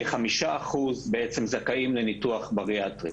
כחמישה אחוז זכאים לניתוח בריאטרי.